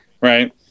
right